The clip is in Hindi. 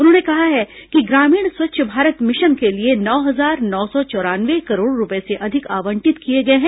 उन्होंने कहा कि ग्रामीण स्वच्छ भारत मिशन के लिए नौ हजार नो सौ चौरानवे करोड़ रुपये से अधिक आवंटित किए गए हैं